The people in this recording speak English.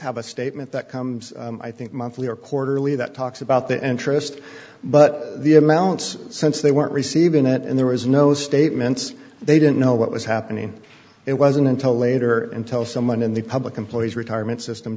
have a statement that comes i think monthly or quarterly that talks about the interest but the amounts since they weren't receiving it and there was no statements they didn't know what was happening it wasn't until later until someone in the public employees retirement system